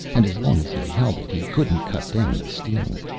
and as long as he held it he couldn't cut down the steam.